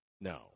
No